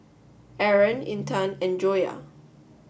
Aaron Intan and Joyah